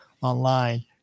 online